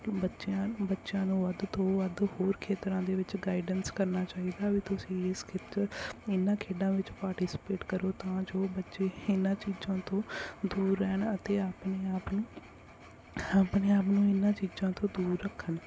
ਬੱਚਿਆਂ ਬੱਚਿਆਂ ਨੂੰ ਵੱਧ ਤੋਂ ਵੱਧ ਹੋਰ ਖੇਤਰਾਂ ਦੇ ਵਿੱਚ ਗਾਈਡੈਂਸ ਕਰਨਾ ਚਾਹੀਦਾ ਵੀ ਤੁਸੀਂ ਇਸ ਖੇਤਰ ਇਹਨਾਂ ਖੇਡਾਂ ਵਿੱਚ ਪਾਰਟੀਸਪੇਟ ਕਰੋ ਤਾਂ ਜੋ ਬੱਚੇ ਇਹਨਾਂ ਚੀਜ਼ਾਂ ਤੋਂ ਦੂਰ ਰਹਿਣ ਅਤੇ ਆਪਣੇ ਆਪ ਨੂੰ ਆਪਣੇ ਆਪ ਨੂੰ ਇਹਨਾਂ ਚੀਜ਼ਾਂ ਤੋਂ ਦੂਰ ਰੱਖਣ